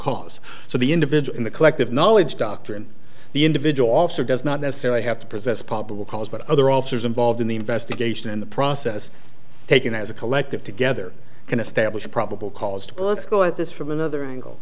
cause so the individual in the collective knowledge doctrine the individual officer does not necessarily have to possess probable cause but other officers involved in the investigation and the process taken as a collective together can establish probable cause to be let's go at this from another angle